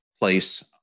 place